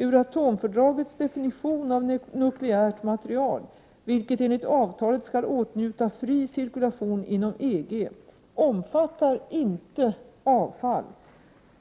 Euratomfördragets definition av nukleärt material, vilket enligt avtalet skall åtnjuta fri cirkulation inom EG, omfattar inte avfall.